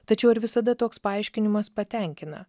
tačiau ar visada toks paaiškinimas patenkina